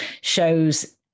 shows